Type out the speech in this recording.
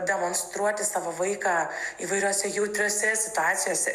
demonstruoti savo vaiką įvairiose jautriose situacijose